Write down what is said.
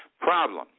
Problem